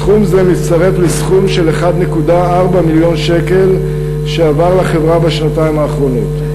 סכום זה מצטרף לסכום של 1.4 מיליון שקל שהועבר לחברה בשנתיים האחרונות.